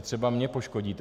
Třeba mě poškodíte.